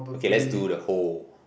okay let's do the whole